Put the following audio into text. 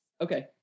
okay